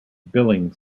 billing